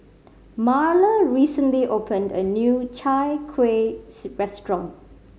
Marla recently opened a new Chai Kueh restaurant